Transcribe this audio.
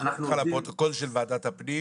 אני אשלח אותך לפרוטוקול של ועדת הפנים,